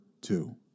two